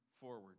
forward